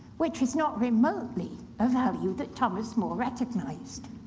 which is not remotely a value that thomas more recognized.